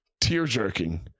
tear-jerking